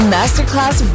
Masterclass